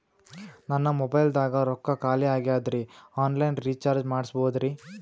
ನನ್ನ ಮೊಬೈಲದಾಗ ರೊಕ್ಕ ಖಾಲಿ ಆಗ್ಯದ್ರಿ ಆನ್ ಲೈನ್ ರೀಚಾರ್ಜ್ ಮಾಡಸ್ಬೋದ್ರಿ?